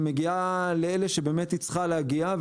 ומגיעה לאלה שבאמת היא צריכה להגיע.